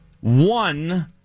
One